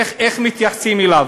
איך מתייחסים אליו?